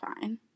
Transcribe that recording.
fine